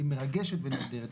היא מרגשת ונהדרת.